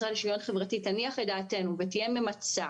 המשרד לשוויון חברתי תניח את דעתנו ותהיה ממצה,